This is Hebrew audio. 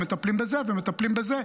ומטפלים בזה ומטפלים בזה,